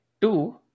two